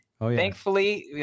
Thankfully